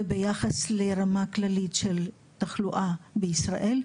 וביחס לרמה כללית של תחלואה בישראל,